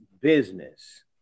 business